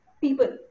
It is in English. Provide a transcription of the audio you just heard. people